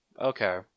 Okay